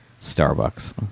Starbucks